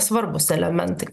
svarbūs elementai